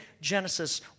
Genesis